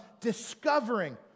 discovering